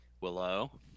Willow